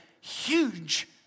huge